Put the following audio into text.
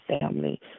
family